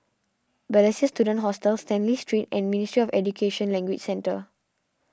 Balestier Student Hostel Stanley Street and Ministry of Education Language Centre